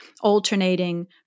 alternating